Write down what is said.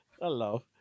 hello